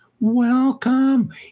Welcome